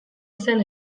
izan